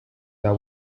that